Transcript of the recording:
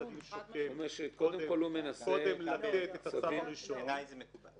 בית הדין שוקל קודם לתת את הצו הראשון -- בעיניי זה מקובל.